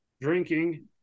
drinking